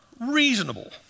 reasonable